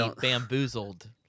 bamboozled